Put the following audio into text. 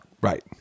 Right